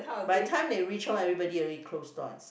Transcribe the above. by time they reach home everybody already close door and s~